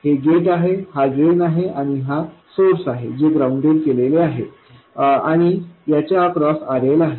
हे गेट आहे हा ड्रेन आहे आणि हा सोर्स आहे जे ग्राउंडेड केलेले आहे आणि याच्या अक्रॉस RL आहे